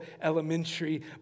elementary